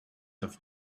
have